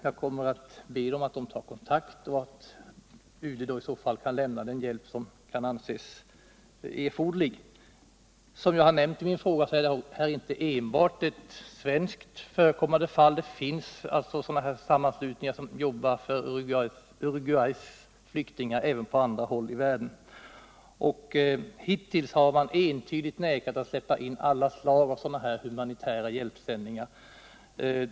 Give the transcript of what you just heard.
Jag kommer att be dem ta kontakt och hoppas att UD då kan lämna den hjälp som anses erforderlig. Som jag har nämnt i min fråga är detta inte enbart ett i Sverige förekommande fall. Det finns sådana här sammanslutningar som jobbar för Uruguays flyktingar på andra håll i världen. Hittills har man entydigt vägrat att släppa in alla slag av humanitära hjälpsändningar till Uruguay.